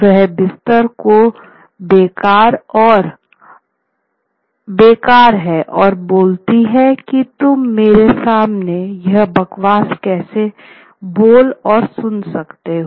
वह बिस्तर को बेकार है और बोलती है की तुम मेरे सामने यह बकवास कैसे बोल और सुन सकते हो